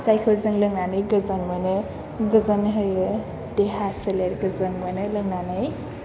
जायखौ जों लोंनानै गोजोन मोनो गोजोन होयो देहा सोलेर गोजोन मोनो लोंनानै